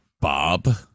Bob